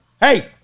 Hey